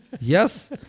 yes